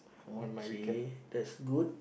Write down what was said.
okay that's good